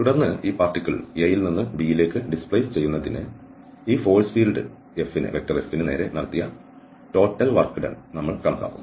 തുടർന്ന് ഈ particle A യിൽ നിന്ന് B യിലേക്ക് ഡിസ്പ്ലേസ് ചെയ്യുന്നതിന് ഈ ഫോഴ്സ് ഫീൽഡ് F ന് നേരെ നടത്തിയ ടോട്ടൽ വർക്ക് ഡൺ നമ്മൾ കണക്കാക്കും